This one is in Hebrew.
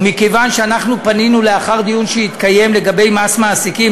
ומכיוון שאנחנו פנינו לאחר דיון שהתקיים לגבי מס מעסיקים,